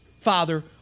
father